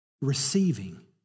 receiving